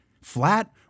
flat